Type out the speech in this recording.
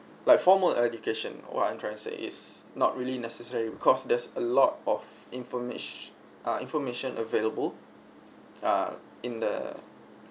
like formal education what I'm trying to say is not really necessary because there's a lot of informatio~ err information available err in the